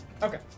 Okay